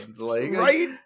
Right